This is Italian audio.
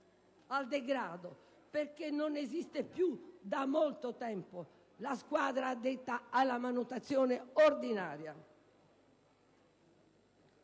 al degrado perché non esiste più da molto tempo la squadra addetta alla manutenzione ordinaria.